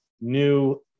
new